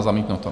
Zamítnuto.